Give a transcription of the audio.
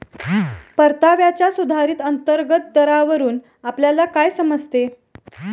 परताव्याच्या सुधारित अंतर्गत दरावरून आपल्याला काय समजते?